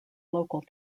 local